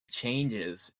changes